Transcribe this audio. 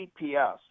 GPS